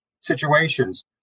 situations